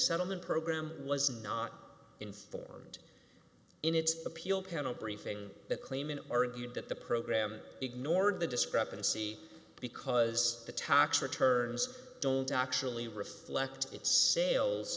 settlement program was not informed in its appeal panel briefing the claimant argued that the program ignored the discrepancy because the tax returns don't actually reflect its sales